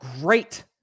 great